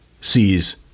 sees